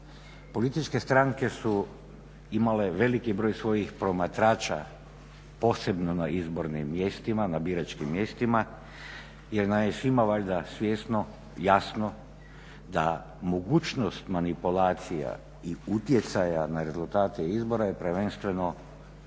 policijske stranke su imale veliki broj svojih promatrača posebno na izbornim mjestima, na biračkim mjestima jer nam je svima valjda svjesno jasno da mogućnost manipulacija i utjecaja na rezultate izbora je prvenstveno